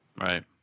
Right